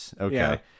Okay